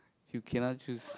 you cannot choose